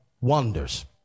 wonders